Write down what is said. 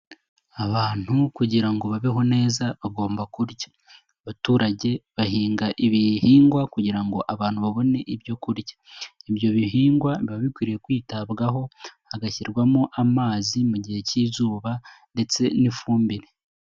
Abantu kugira ngo babeho neza, bagomba kurya. Abaturage bahinga ibihingwa kugira ngo abantu babone ibyo kurya. Ibyo bihingwa biba bikwiriye kwitabwaho, hagashyirwamo amazi mu gihe cy'izuba ndetse n'ifumbire.